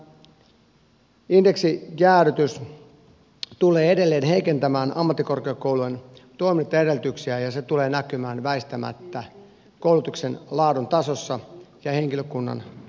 nytten tämä indeksijäädytys tulee edelleen heikentämään ammattikorkeakoulujen toimintaedellytyksiä ja se tulee näkymään väistämättä koulutuksen laadun tasossa ja henkilökunnan irtisanomisissa